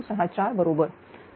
964 बरोबर